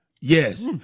Yes